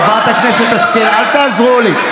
חברת הכנסת השכל, אל תעזרו לי.